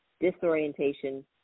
disorientation